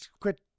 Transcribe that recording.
Quit